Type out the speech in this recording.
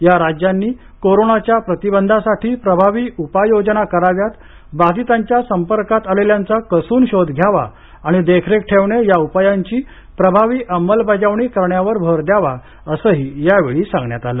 या राज्यांनी कोरोनाच्या प्रतिबंधासाठी प्रभावी उपययोजना कराव्यात बाधितांच्या संपर्कात आलेल्यांचा कसून शोध घ्यावा आणि देखरेख ठेवणे या उपायांची प्रभावी अंमलबजावणी करण्यावर भर द्यावा असंही यावेळी सांगण्यात आलं